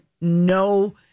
no